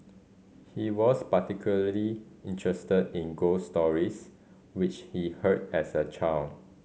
he was particularly interested in ghost stories which he heard as a child